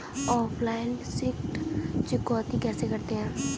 Offline ऋण चुकौती कैसे करते हैं?